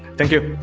thank you